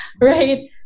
right